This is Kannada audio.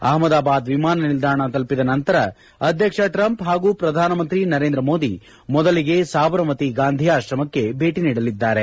ಅಹಮದಾಬಾದ್ ವಿಮಾನ ನಿಲ್ದಾಣ ತಲುಪಿದ ನಂತರ ಅಧ್ಯಕ್ಷ ಟ್ರಂಪ್ ಹಾಗೂ ಪ್ರಧಾನಮಂತ್ರಿ ನರೇಂದ್ರ ಮೋದಿ ಮೊದಲಿಗೆ ಸಾಬರಮತಿ ಗಾಂಧಿ ಆಶ್ರಮಕ್ಷೆ ಭೇಟಿ ನೀಡಲಿದ್ದಾರೆ